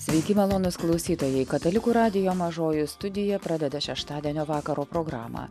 sveiki malonūs klausytojai katalikų radijo mažoji studija pradeda šeštadienio vakaro programą